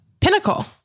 pinnacle